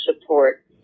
support